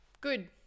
good